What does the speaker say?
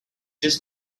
just